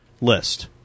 list